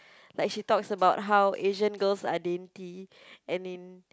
like she talks about how Asian girls are dainty and in